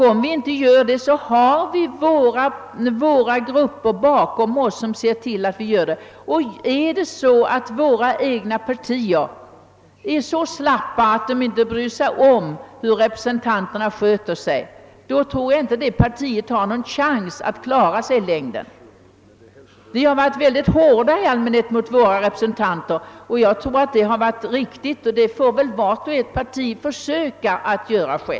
Om vi inte gör det, har vi våra grupper bakom oss som ser till att vi gör det. Om något parti är så slappt, att det inte bryr sig om hur dess representanter sköter sig, tror jag inte att det har någon chans att klara sig i längden. Vi har i allmänhet varit mycket hårda mot våra representanter, och jag tror att det har varit riktigt. Vart och ett parti får väl försöka handla på samma sätt.